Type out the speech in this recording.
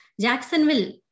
Jacksonville